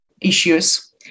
issues